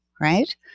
right